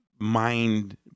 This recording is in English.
Mind